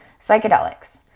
Psychedelics